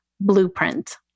blueprint